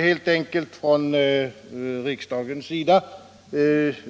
helt enkelt om en viljeyttring från riksdagen.